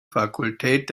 fakultät